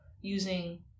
using